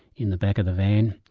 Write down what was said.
in the back of the van.